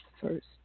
first